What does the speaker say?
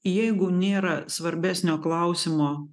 jeigu nėra svarbesnio klausimo